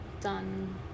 done